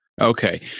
Okay